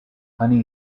honey